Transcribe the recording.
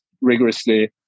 rigorously